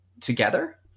together